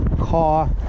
car